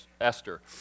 Esther